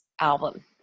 album